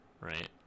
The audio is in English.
right